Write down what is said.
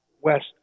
west